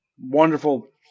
wonderful